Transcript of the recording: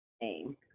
name